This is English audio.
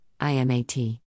IMAT